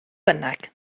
bynnag